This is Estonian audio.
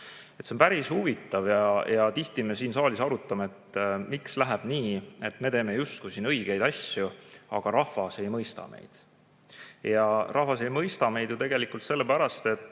see on päris huvitav. Tihti me siin saalis arutame, miks läheb nii, et me teeme siin justkui õigeid asju, aga rahvas ei mõista meid. Aga rahvas ei mõista meid sellepärast, et